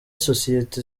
sosiyete